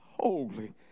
holy